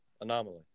Anomaly